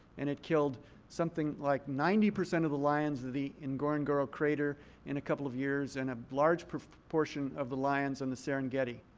and it killed something like ninety percent of the lions in the ngorongoro crater in a couple of years and a large portion of the lions on the serengeti.